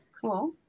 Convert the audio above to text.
cool